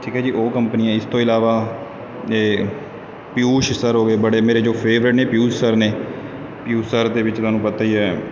ਠੀਕ ਹੈ ਜੀ ਉਹ ਕੰਪਨੀ ਆ ਇਸ ਤੋਂ ਇਲਾਵਾ ਏ ਪਿਯੂਸ਼ ਸਰ ਉਹ ਵੀ ਬੜੇ ਮੇਰੇ ਜੋ ਫੇਵਰੇਟ ਨੇ ਪਿਯੂਸ਼ ਸਰ ਨੇ ਪਿਯੂਸ਼ ਸਰ ਦੇ ਵਿੱਚ ਤੁਹਾਨਾਂ ਨੂੰ ਪਤਾ ਹੀ ਹੈ